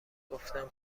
گفتم